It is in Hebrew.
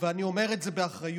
ואני אומר את זה באחריות,